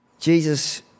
Jesus